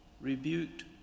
rebuked